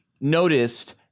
noticed